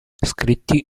scritti